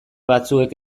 batzuek